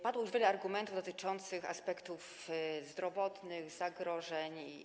Padło już wiele argumentów dotyczących aspektów zdrowotnych, zagrożeń.